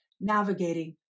navigating